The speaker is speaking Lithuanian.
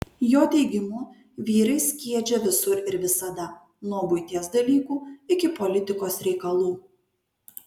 jo teigimu vyrai skiedžia visur ir visada nuo buities dalykų iki politikos reikalų